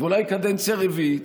ואולי קדנציה רביעית.